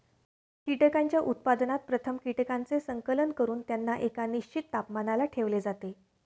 कीटकांच्या उत्पादनात प्रथम कीटकांचे संकलन करून त्यांना एका निश्चित तापमानाला ठेवले जाते